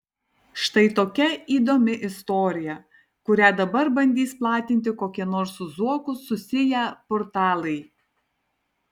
štai tokia įdomi istorija kurią dabar bandys platinti kokie nors su zuoku susiję portalai